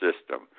system